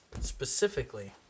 specifically